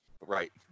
Right